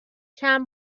چند